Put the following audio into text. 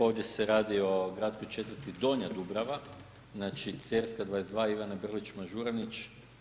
Ovdje se radi o gradskoj četvrti Donja Dubrava, znači Cerska 22, Ivane Brlić-Mažuranić.